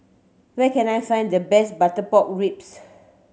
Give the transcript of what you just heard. where can I find the best butter pork ribs